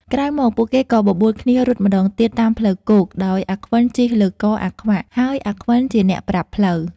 ក្រោយមក ពួកគេក៏បបួលគ្នារត់ម្តងទៀតតាមផ្លូវគោក ដោយអាខ្វិនជិះលើកអាខ្វាក់ ហើយអាខ្វិនជាអ្នកប្រាប់ផ្លូវ ។